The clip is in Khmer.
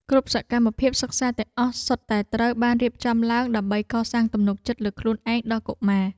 គ្រប់សកម្មភាពសិក្សាទាំងអស់សុទ្ធតែត្រូវបានរៀបចំឡើងដើម្បីកសាងទំនុកចិត្តលើខ្លួនឯងដល់កុមារ។